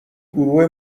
گروه